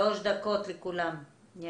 שלוש דקות לכולם.